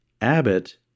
Abbott